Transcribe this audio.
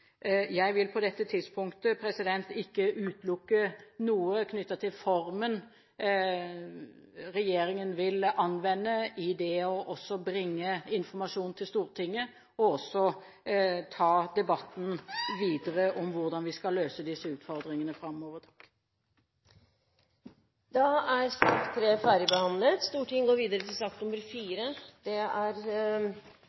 Jeg vil på dette tidspunktet ikke utelukke noe knyttet til formen regjeringen vil anvende for å bringe informasjon til Stortinget og for å ta debatten videre om hvordan vi skal løse disse utfordringene framover. Dermed er debatten i sak